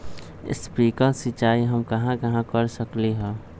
Sprinkle सिंचाई हम कहाँ कहाँ कर सकली ह?